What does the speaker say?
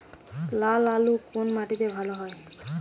লাল আলু কোন মাটিতে ভালো হয়?